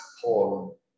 Paul